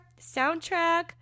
soundtrack